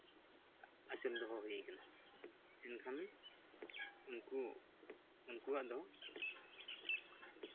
ᱟᱹᱥᱩᱞ ᱫᱚᱦᱚ ᱦᱩᱭ ᱟᱠᱟᱱᱟ ᱮᱱᱠᱷᱟᱱ ᱩᱱᱠᱩ ᱩᱱᱠᱩᱣᱟᱜ ᱫᱚ